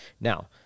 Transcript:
Now